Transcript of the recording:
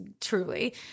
truly